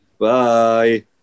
bye